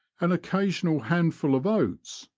an occasional handful of oats,